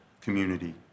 community